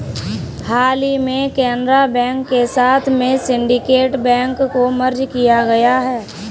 हाल ही में केनरा बैंक के साथ में सिन्डीकेट बैंक को मर्ज किया गया है